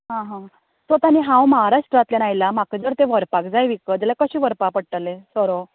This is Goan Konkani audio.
आं हां सो आतां आमी हांव म्हाराष्ट्रांतल्यान आयला म्हाका जर ते व्हरपाक जाय विकत जाल्यार कशें व्हरपा पडटले सोरो